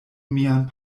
mian